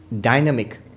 dynamic